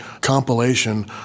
compilation